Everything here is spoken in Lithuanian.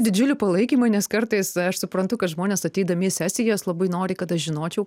didžiulį palaikymą nes kartais aš suprantu kad žmonės ateidami į sesijas labai nori kad aš žinočiau